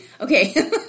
Okay